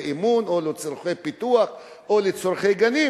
אימון או לצורכי פיתוח או לצורכי גנים,